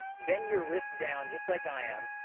bend your wrist down just like i am.